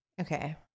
Okay